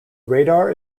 radar